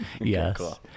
Yes